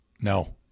No